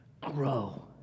Grow